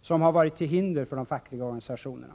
som har varit till hinder för de fackliga organisationerna.